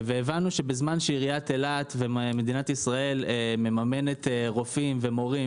הבנו שבזמן שעיריית אילת ומדינת ישראל מממנות רופאים ומורים